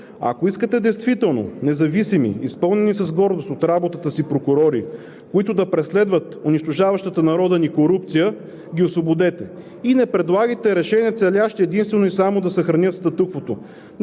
Ако искате действително независими, изпълнени с гордост от работата си прокурори, които да преследват унищожаващата народа ни корупция, ги освободете и не предлагайте решения, целящи единствено и само да съхранят статуквото.